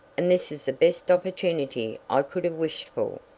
and this is the best opportunity i could have wished for.